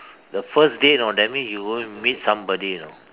the first date you know that means you go and meet somebody you know